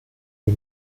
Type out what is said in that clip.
die